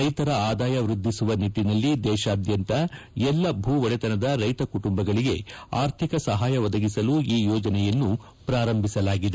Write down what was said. ರೈತರ ಆದಾಯ ವೃದ್ದಿಸುವ ನಿಟ್ಟನಲ್ಲಿ ದೇಶಾದ್ದಂತ ಎಲ್ಲ ಭೂ ಒಡೆತನದ ರೈತ ಕುಟುಂಬಗಳಿಗೆ ಆರ್ಥಿಕ ಸಹಾಯ ಒದಗಿಸಲು ಈ ಯೋಜನೆಯನ್ನು ಪ್ರಾರಂಭಿಸಲಾಗಿದೆ